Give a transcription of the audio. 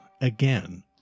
again